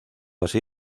así